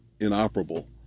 inoperable